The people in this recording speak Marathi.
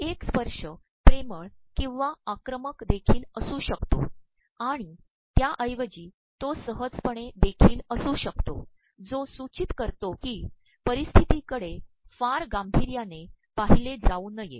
एक स्त्पशय िेमळ ककंवा आक्रमक देखील असूशकतो आणण त्या ऐवजी तो सहजपणे देखील असूशकतो जो सूचचत करतो की पररप्स्त्र्तीकडे फार गांभीयायने पाद्रहले जाऊ नये